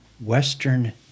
western